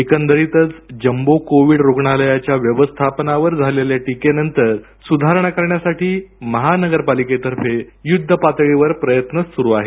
एकंदरीतच jumbo covid रुग्णालयाच्या व्यवस्थापनावर झालेल्या टीकेनंतर सुधारणा करण्यासाठी महापालिकेतर्फे युद्धपातळीवर प्रयत्न सुरू आहेत